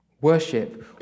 Worship